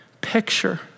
picture